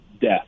death